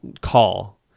call